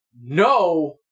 No